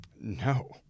No